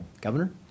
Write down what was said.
governor